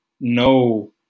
no